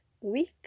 week